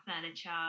furniture